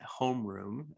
homeroom